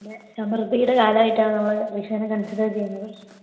സമൃദ്ധിയുടെ കാലമായിട്ടാണ് നമ്മൾ വിഷുവിനെ കൺസിഡർ ചെയ്യുന്നത്